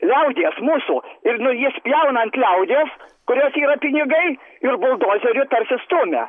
liaudies mūsų ir nu jis spjauna ant liaudies kurios yra pinigai ir buldozeriu tarsi stumia